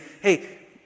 hey